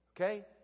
Okay